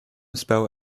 spell